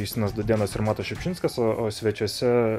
justinas dudėnas ir matas šiupšinskas o svečiuose